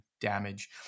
damage